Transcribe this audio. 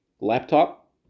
laptop